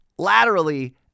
Laterally